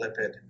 lipid